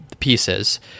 pieces